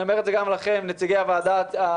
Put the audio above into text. אני אומר את זה גם לכם, נציגי הוועדה הציבורית.